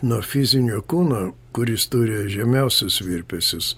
nuo fizinio kūno kuris turi žemiausius virpesius